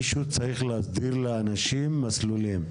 מישהו צריך להסדיר לאנשים מסלולים.